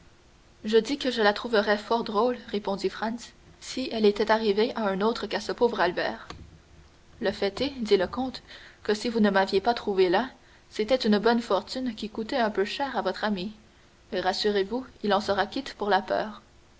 je dis que je la trouverais fort drôle répondit franz si elle était arrivée à un autre qu'à ce pauvre albert le fait est dit le comte que si vous ne m'aviez pas trouvé là c'était une bonne fortune qui coûtait un peu cher à votre ami mais rassurez-vous il en sera quitte pour la peur